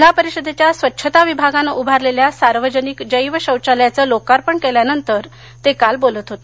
जिल्हा परिषदेच्या स्वच्छता विभागानं उभारलेल्या सार्वजनिक जैव शौचालयाचं लोकार्पण केल्यानंतर ते काल बोलत होते